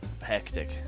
Hectic